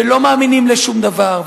ולא מאמינים לשום דבר,